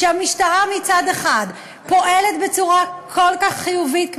המשטרה מצד אחד פועלת בצורה כל כך חיובית,